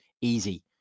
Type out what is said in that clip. Easy